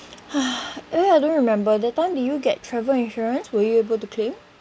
eh I don't remember that time did you get travel insurance were you able to claim